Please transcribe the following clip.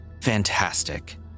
Fantastic